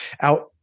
out